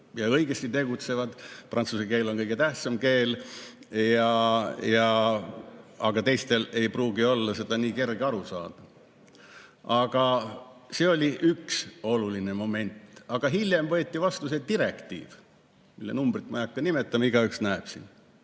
Õigesti tegutsevad, prantsuse keel on kõige tähtsam keel, aga teistel ei pruugi olla sellest nii kerge aru saada. Aga see oli üks oluline moment. Hiljem võeti vastu see direktiiv, mille numbrit ma ei hakka nimetama, igaüks näeb seda